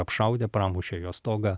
apšaudė pramušė jo stogą